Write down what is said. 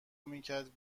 میکرد